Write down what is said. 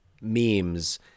memes